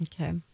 Okay